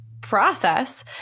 process